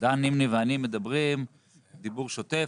דן נימני ואני מדברים דיבור שוטף,